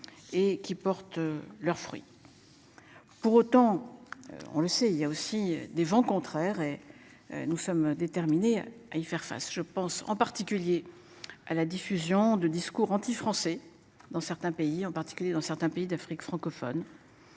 et qui portent leurs fruits. Pour autant, on le sait, il y a aussi des vents contraires et. Nous sommes déterminés. À y faire face. Je pense en particulier à la diffusion de discours anti-français dans certains pays, en particulier dans certains pays d'Afrique francophone.